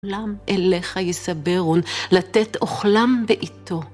אליך ישַֹברוּן, לתת אוכלם בעיתו.